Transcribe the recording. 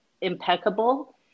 impeccable